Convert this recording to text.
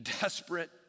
desperate